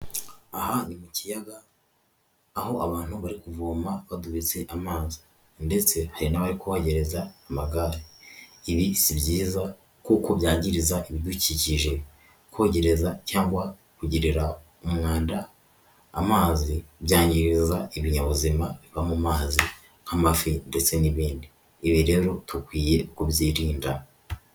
Aha ni mu kiyaga aho abantu bari kuvoma badubitse amazi; ndetse hari n'abari kuhogereza amagare. Ibi si byiza kuko byangiriza ibidukikije kogereza cyangwa kugirira umwanda amazi, byangiza ibinyabuzima biba mu mazi nk'amafi ndetse n'ibindi. Ibi rero dukwiye kubyirinda.